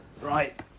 Right